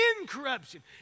incorruption